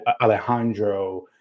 Alejandro